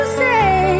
say